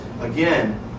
again